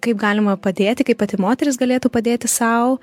kaip galima padėti kaip pati moteris galėtų padėti sau